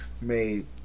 made